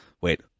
Wait